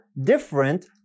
different